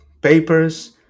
papers